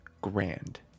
grand